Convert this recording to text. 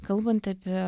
kalbant apie